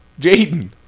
Jaden